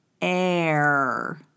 air